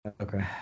Okay